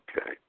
Okay